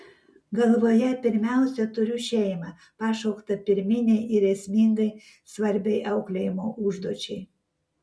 galvoje pirmiausia turiu šeimą pašauktą pirminei ir esmingai svarbiai auklėjimo užduočiai